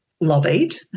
lobbied